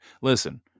Listen